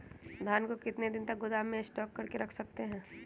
धान को कितने दिन को गोदाम में स्टॉक करके रख सकते हैँ?